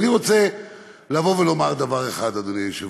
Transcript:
אני רוצה לומר דבר אחד, אדוני היושב-ראש,